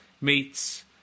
meets